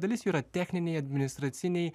dalis jų yra techniniai administraciniai